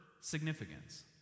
significance